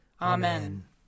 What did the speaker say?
Amen